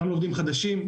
גם לעובדים חדשים,